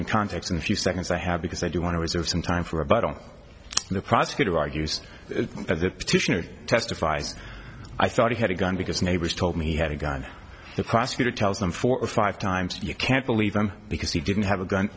in context in a few seconds i have because i do want to reserve some time for about all the prosecutor argues that petitioner testifies i thought he had a gun because neighbors told me he had a gun the prosecutor tells them four or five times you can't believe him because he didn't have a gun